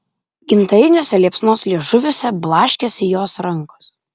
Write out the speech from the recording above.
gintariniuose liepsnos liežuviuose blaškėsi jos rankos